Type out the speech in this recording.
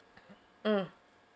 mm